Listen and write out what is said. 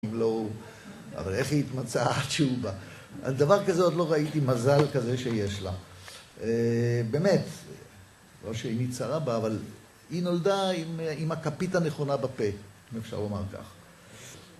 אבל איך היא התמצאה עד שהוא בא? דבר כזה עוד לא ראיתי מזל כזה שיש לה, באמת, לא שעיני צרה בה, אבל היא נולדה עם הכפית הנכונה בפה, אם אפשר לומר כך